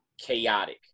chaotic